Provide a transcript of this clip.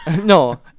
No